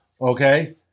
okay